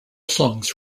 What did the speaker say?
songs